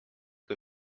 kui